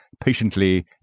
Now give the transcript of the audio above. patiently